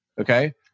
Okay